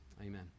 Amen